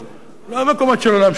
לא במקומות של עולם שכולו טוב,